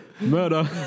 murder